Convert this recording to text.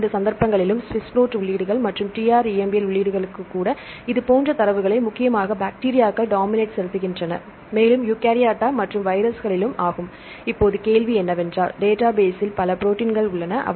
இரண்டு சந்தர்ப்பங்களிலும் SWISS PROT உள்ளீடுகள் மற்றும் TrEMBL உள்ளீடுகளுக்கு கூட இதேபோன்ற தரவுகளை முக்கியமாக பாக்டீரியாக்கள் டாமிநேட் செலுத்துகின்றன உள்ளன